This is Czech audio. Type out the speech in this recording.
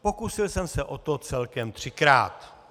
Pokusil jsem o to celkem třikrát.